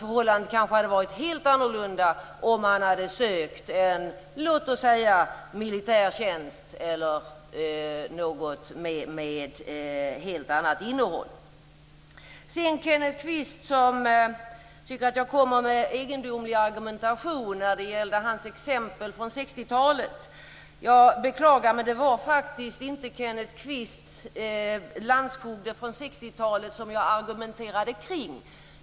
Förhållandet kanske hade varit helt annorlunda om han hade sökt t.ex. en militärtjänst eller en tjänst med ett helt annat innehåll. Kenneth Kvist tyckte att jag kom med egendomlig argumentation när det gällde hans exempel från 60 talet. Jag beklagar, men det var faktiskt inte Kenneth Kvists landsfogde från 60-talet som jag argumenterade kring.